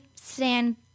stand